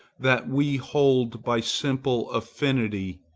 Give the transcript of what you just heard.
that we hold by simple affinity,